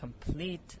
complete